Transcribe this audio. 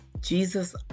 jesus